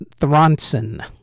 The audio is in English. Thronson